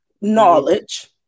knowledge